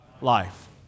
life